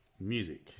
music